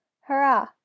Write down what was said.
Hurrah